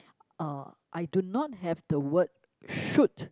uh I do not have the word shoot